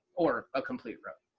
or, a completed row.